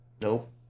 nope